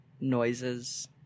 noises